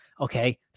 Okay